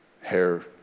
hair